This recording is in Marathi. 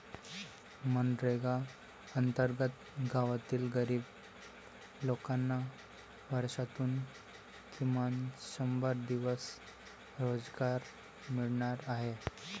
मनरेगा अंतर्गत गावातील गरीब लोकांना वर्षातून किमान शंभर दिवस रोजगार मिळणार आहे